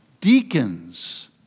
deacons